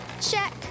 Check